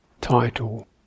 title